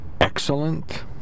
excellent